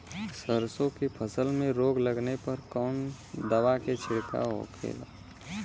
सरसों की फसल में रोग लगने पर कौन दवा के छिड़काव होखेला?